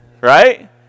right